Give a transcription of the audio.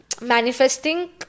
manifesting